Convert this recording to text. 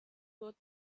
wird